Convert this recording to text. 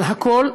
אבל הכול,